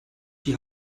die